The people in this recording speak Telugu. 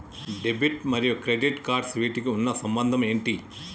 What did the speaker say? డెబిట్ మరియు క్రెడిట్ కార్డ్స్ వీటికి ఉన్న సంబంధం ఏంటి?